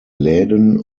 läden